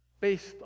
based